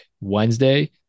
Wednesday